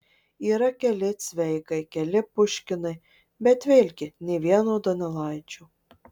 yra keli cveigai keli puškinai bet vėlgi nė vieno donelaičio